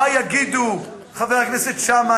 מה יגידו חברי הכנסת שאמה,